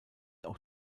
auch